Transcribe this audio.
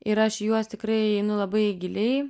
ir aš į juos tikrai einu labai giliai